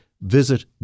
visit